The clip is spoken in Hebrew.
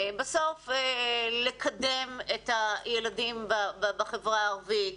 בסוף לקדם את הילדים בחברה הערבית.